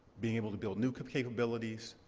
being able to build new capabilities,